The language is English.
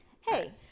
Hey